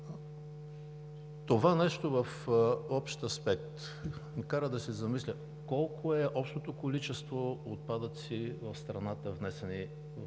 Това нещо в общ аспект ме кара да се замисля: колко е общото количество отпадъци в страната, внесени през